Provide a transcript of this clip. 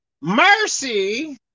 mercy